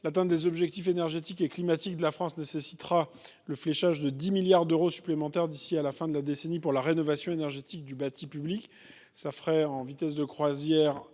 L’atteinte des objectifs énergétiques et climatiques de la France nécessitera le fléchage de 10 milliards d’euros supplémentaires d’ici à la fin de la décennie pour la rénovation énergétique du bâti public.